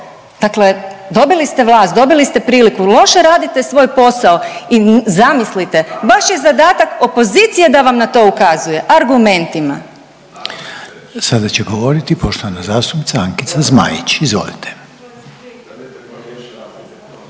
Dakle dobili ste vlast, dobili ste priliku, loše radite svoj posao i zamislite baš je zadatak opozicije da vam na to ukazuje argumentima. **Reiner, Željko (HDZ)** Sada će govoriti poštovana zastupnica Ankica Zmaić, izvolite.